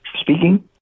Speaking